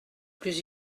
plus